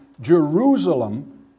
Jerusalem